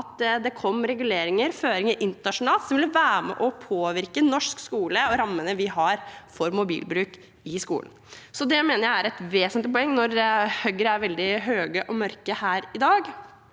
at det kom reguleringer og føringer internasjonalt som ville være med og påvirke norsk skole og rammene vi har for mobilbruk i skolen. Så det mener jeg er et vesentlig poeng når Høyre er veldig høy og mørk her i dag.